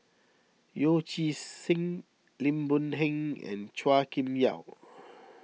Yee Chia Hsing Lim Boon Heng and Chua Kim Yeow